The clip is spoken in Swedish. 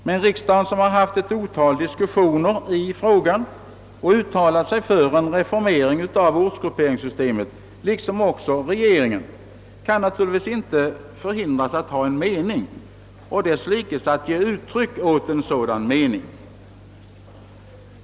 Men riksdagen, som har haft ett otal diskussioner i frågan och uttalat sig för en reformering av ortsgrup peringssystemet, liksom också regeringen kan naturligtvis inte hindras att ha en mening och desslikes ge uttryck åt denna mening.